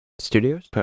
studios